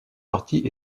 partis